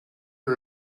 you